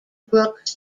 brookes